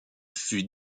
fut